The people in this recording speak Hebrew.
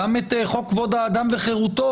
גם את חוק כבוד האדם וחירותו,